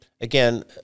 Again